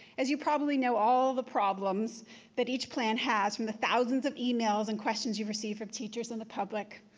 as you probably know all the problems that each plan has from the thousands of emails and questions you've received from teachers and the public.